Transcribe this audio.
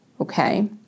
Okay